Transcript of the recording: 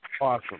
Awesome